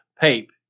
Pape